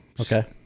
Okay